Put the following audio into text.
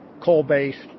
coal-based